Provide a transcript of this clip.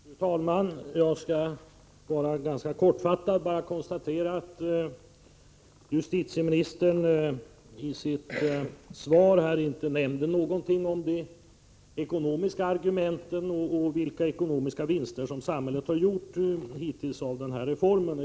Fru talman! Jag skall bara kortfattat konstatera att justitieministern i sitt svar inte nämnde någonting om de ekonomiska argumenten och vilka ekonomiska vinster som samhället hittills har gjort genom denna reform.